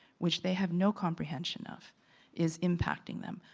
which they have no comprehension of is impacting them.